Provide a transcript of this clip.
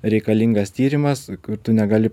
reikalingas tyrimas kur tu negali